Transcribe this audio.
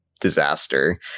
disaster